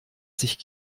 sich